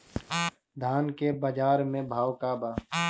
धान के बजार में भाव का बा